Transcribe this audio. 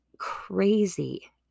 crazy